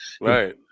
right